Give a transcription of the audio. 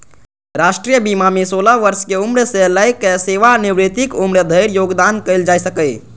राष्ट्रीय बीमा मे सोलह वर्ष के उम्र सं लए कए सेवानिवृत्तिक उम्र धरि योगदान कैल जा सकैए